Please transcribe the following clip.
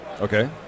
okay